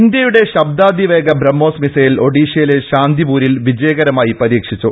ഇന്ത്യയുടെ ശബ്ദാതിവേഗ ബ്രഹ്മോസ് മിസൈൽ ഒഡീഷയിലെ ശാന്തിപൂരിൽ വിജ യകരമായി പരീക്ഷിച്ചു